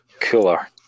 cooler